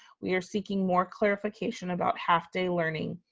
we are seeking more clarification about half day learning,